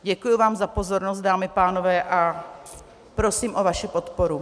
Děkuji vám za pozornost, dámy a pánové, a prosím o vaši podporu.